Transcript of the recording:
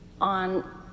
on